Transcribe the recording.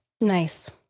nice